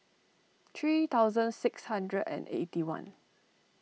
three thousand six hundred and eighty one